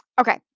Okay